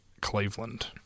Cleveland